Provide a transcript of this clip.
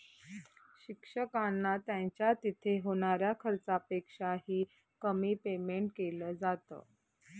शिक्षकांना त्यांच्या तिथे होणाऱ्या खर्चापेक्षा ही, कमी पेमेंट केलं जात